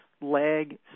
leg